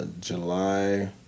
July